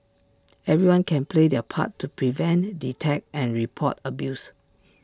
everyone can play their part to prevent detect and report abuse